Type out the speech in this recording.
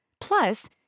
Plus